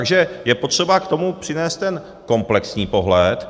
Takže je potřeba k tomu přinést ten komplexní pohled.